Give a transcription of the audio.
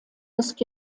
das